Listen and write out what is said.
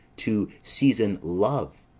to season love,